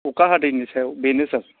अखा हादैनि सायाव बेनो सार